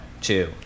two